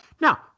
Now